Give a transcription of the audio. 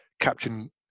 captain